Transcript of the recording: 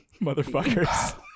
motherfuckers